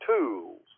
tools